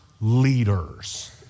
leaders